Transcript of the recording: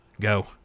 go